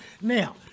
Now